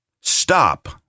stop